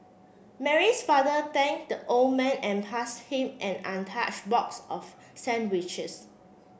Mary's father thanked the old man and passed him an untouched box of sandwiches